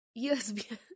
usb